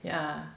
yeah